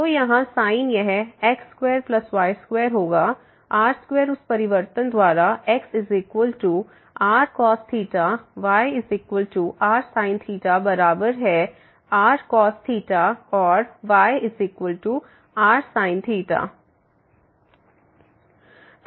तो यहाँ sin यह x2y2 होगा r2 उस परिवर्तन द्वारा xrcos yrsin बराबर है rcos और yrsin